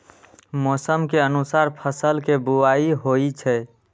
मौसम के अनुसार फसल के बुआइ होइ छै